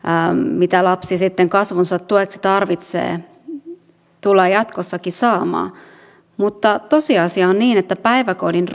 mitä lapsi kasvunsa tueksi tarvitsee tullaan jatkossakin saamaan tosiasia on se että päiväkodin